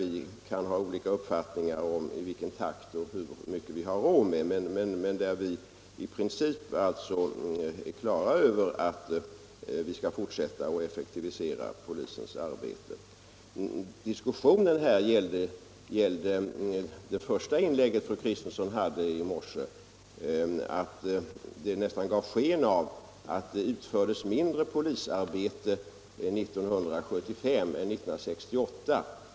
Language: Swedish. Vi kan ha olika uppfattningar om i vilken takt detta skall ske och hur mycket vi har råd med, men i princip är vi ense om att vi skall fortsätta att effektivisera polisens arbete. Men diskussionen gällde det fru Kristensson sade i sitt första inlägg. Det gav sken av att det utfördes mindre polisarbete 1975 än 1968.